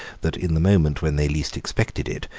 that in the moment when they least expected it,